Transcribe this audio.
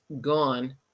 gone